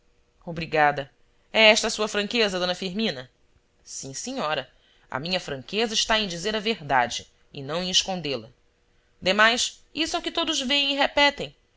é esta a sua franqueza d firmina sim senhora a minha franqueza está em dizer a verdade e não em escondê la demais isso é o que todos vêem e repetem